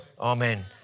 Amen